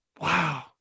Wow